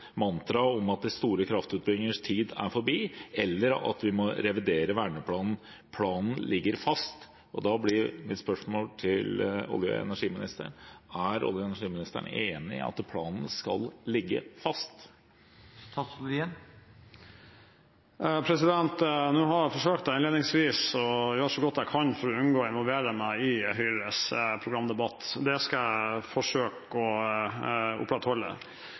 om de store kraftutbyggingers tid, eller at vi må revidere verneplanen. Planen ligger fast». Da blir mitt spørsmål til olje- og energiministeren: Er olje- og energiministeren enig i at planen skal ligge fast? Jeg forsøkte innledningsvis å gjøre så godt jeg kan for å unngå å involvere meg i Høyres programdebatt. Det skal jeg forsøke å opprettholde.